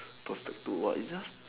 perfect to !wah! it's just